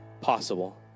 possible